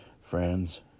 Friends